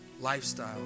lifestyle